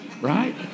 right